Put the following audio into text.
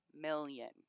million